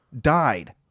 died